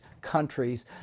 countries